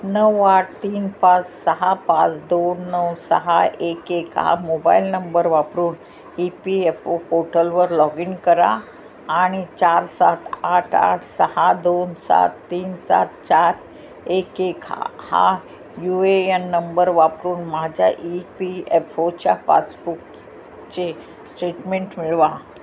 नऊ आठ तीन पाच सहा पाच दोन नऊ सहा एक एक हा मोबाईल नंबर वापरून ई पी एफ ओ पोटलवर लॉग इन करा आणि चार सात आठ आठ सहा दोन सात तीन सात चार एक एक हा हा यू ए एन नंबर वापरून माझ्या ई पी एफ ओच्या पासबुकचे स्टेटमेंट मिळवा